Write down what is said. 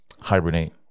Hibernate